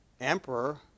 emperor